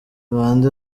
bande